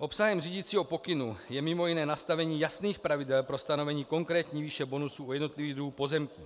Obsahem řídicího pokynu je mj. nastavení jasných pravidel pro stanovení konkrétní výše bonusu u jednotlivých druhů pozemků